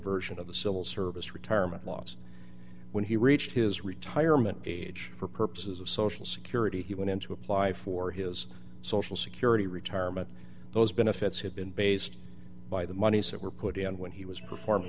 version of the civil service retirement laws when he reached his retirement age for purposes of social security he wanted to apply for his social security retirement those benefits have been based by the monies that were put in when he was performing